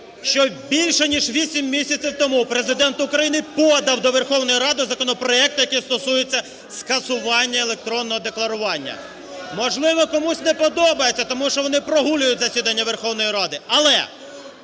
що більше ніж 8 місяців тому Президент України подав до Верховної Ради законопроект, який стосується скасування електронного декларування. Можливо, комусь не подобається, тому що вони прогулюють засідання Верховної Ради. Але